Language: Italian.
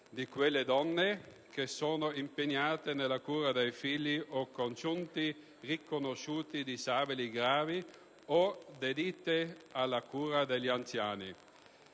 di quelle donne che sono impegnate nella cura dei figli o dei congiunti riconosciuti disabili gravi o dedite alla cura degli anziani.